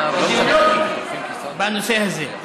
שלא בנושא הזה.